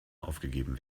aufgegeben